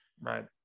Right